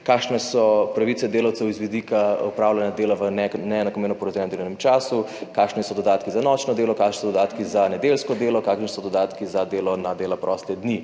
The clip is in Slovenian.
kakšne so pravice delavcev z vidika opravljanja dela v neenakomerno porojenem delovnem času, kakšni so dodatki za nočno delo, kakšni so dodatki za nedeljsko delo, kakšni so dodatki za delo na dela proste dni.